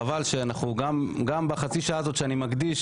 חבל שגם בחצי השעה הזאת שאני מקדיש,